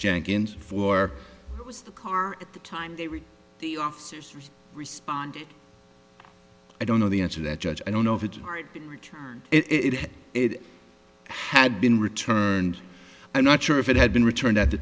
jenkins for it was the car at the time they were the officers responded i don't know the answer that judge i don't know if it's hard to return it it had been returned and not sure if it had been returned at the